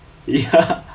ya